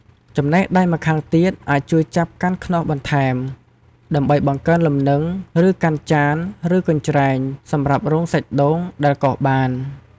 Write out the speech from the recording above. ចំណែកដៃម្ខាងទៀតអាចជួយចាប់កាន់ខ្នោសបន្ថែម ដើម្បីបង្កើនលំនឹង ឬ កាន់ចាន ឬ កញ្ច្រែងសម្រាប់រងសាច់ដូងដែលកោសបាន។